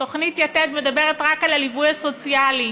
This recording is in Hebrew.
תוכנית יתד מדברת רק על הליווי הסוציאלי.